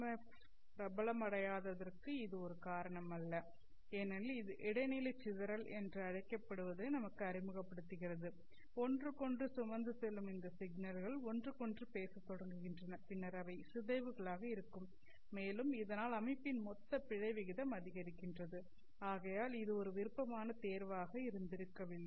F பிரபலமடையாததற்கு இது ஒரு காரணம் அல்ல ஏனெனில் இது இடைநிலை சிதறல் என்று அழைக்கப்படுவதை நமக்கு அறிமுகப்படுத்துகிறது ஒன்றுக்கொன்று சுமந்து செல்லும் இந்த சிக்னல்கள் ஒன்றுக்கொன்று பேசத் தொடங்குகின்றன பின்னர் அவை சிதைவுகளாக இருக்கும் மேலும் இதனால் அமைப்பின் மொத்த பிழை விகிதம் அதிகரிக்கிறது ஆகையால் இது ஒரு விருப்பமான தேர்வாக இருந்திருக்கவில்லை